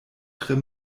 tre